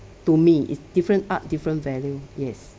to me it's different art different value yes